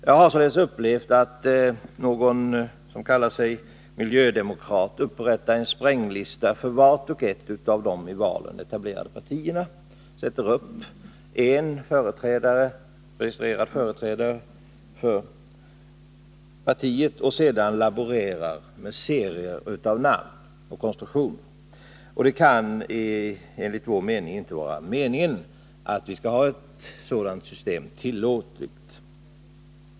Jag har upplevt att någon som kallat sig miljödemokrat upprättat en spränglista för vart och ett av dem i valet etablerade partierna, satt upp en registrerad företrädare för partiet och sedan laborerat med serier av namn och konstruktioner. Det kan enligt vår uppfattning inte vara meningen att ett sådant system skall vara tillåtet.